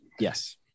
Yes